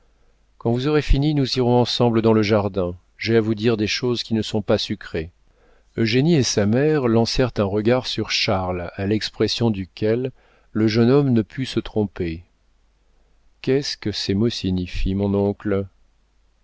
quand vous aurez fini nous irons ensemble dans le jardin j'ai à vous dire des choses qui ne sont pas sucrées eugénie et sa mère lancèrent un regard sur charles à l'expression duquel le jeune homme ne put se tromper qu'est-ce que ces mots signifient mon oncle